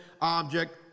object